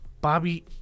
Bobby